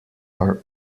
are